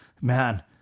man